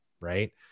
Right